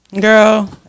Girl